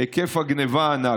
היקף הגנבה הענק.